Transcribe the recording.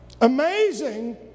amazing